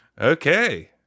Okay